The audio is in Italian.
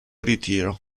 ritiro